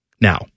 Now